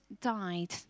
died